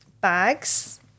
bags